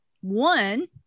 one